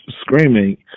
screaming